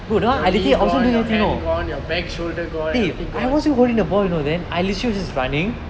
your knee gone your hand gone your back shoulder gone everything gone